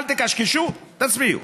אל תקשקשו, תצביעו.